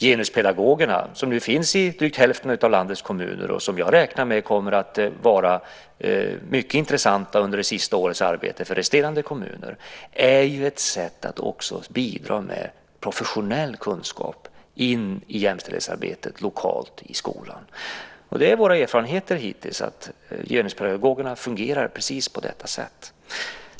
Genuspedagogerna, som nu finns i drygt hälften av landets kommuner och som jag räknar med kommer att vara mycket intressanta under det sista årets arbete för resterande kommuner, är ett sätt att bidra med professionell kunskap in i jämställdhetsarbetet lokalt i skolan. Våra erfarenheter hittills är att genuspedagogerna fungerar precis på detta sätt.